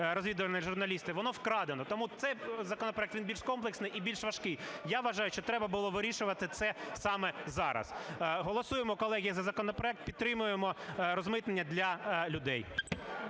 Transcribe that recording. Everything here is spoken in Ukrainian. розвідували журналісти, воно вкрадено. Тому цей законопроект, він більш комплексний і більш важкий. Я вважаю, що було вирішувати це саме зараз. Голосуємо, колеги, за законопроект, підтримаємо розмитнення для людей.